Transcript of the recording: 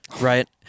right